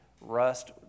rust